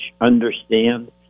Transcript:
understand